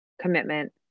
commitment